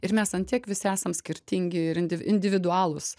ir mes ant tiek visi esam skirtingi ir indiv individualūs